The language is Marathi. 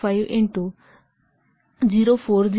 5 इंटू 040 नॉट 26